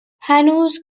هنوز